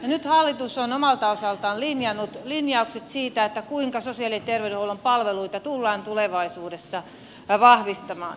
nyt hallitus on omalta osaltaan linjannut linjaukset siitä kuinka sosiaali ja terveydenhuollon palveluita tullaan tulevaisuudessa vahvistamaan